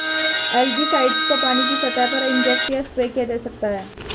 algicides को पानी की सतह पर इंजेक्ट या स्प्रे किया जा सकता है